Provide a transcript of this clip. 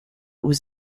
was